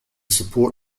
support